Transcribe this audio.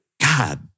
God